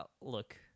look